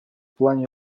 план